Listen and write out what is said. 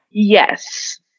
yes